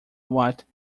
what